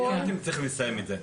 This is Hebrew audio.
היום אתם צריכים לסיים את זה.